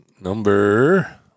number